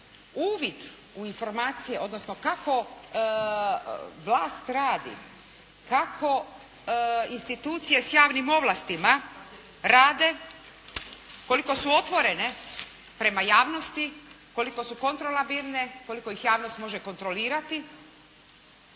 uvid u informacije odnosno kako vlast radi, kako institucije s javnim ovlastima rade, koliko su otvorene prema javnosti, koliko su kontralabilne, koliko ih javnost može kontrolirati,